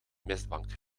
mistbank